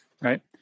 Right